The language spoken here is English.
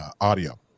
audio